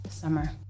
summer